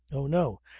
oh no.